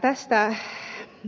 tästä